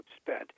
spent